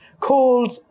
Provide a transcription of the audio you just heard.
called